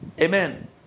amen